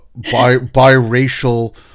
biracial